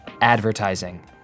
Advertising